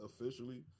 officially